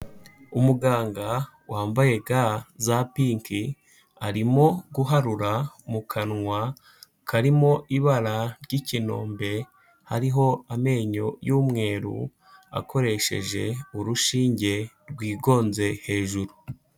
Umuganga wambaye ga za pinki arimo guharura mu kanwa karimo ibara ry'ikinombe, hariho amenyo y'umweru akoresheje urushinge rwigonze hejuru.